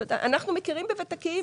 אנחנו מכירים בוותק.